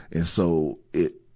and so, it,